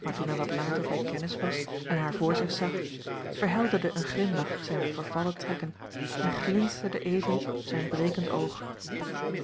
maar toen hij wat later bij kennis was en haar voor zich zag verhelderde een glimlach zijne vervallen trekken en glinsterde even zijn brekend oog